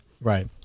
right